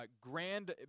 grand